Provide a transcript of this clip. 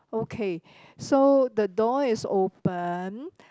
okay so the door is open